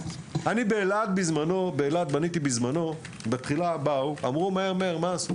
באלעד בניתי בזמנו, בתחילה באו ואמרו: מהר, מהר.